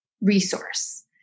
resource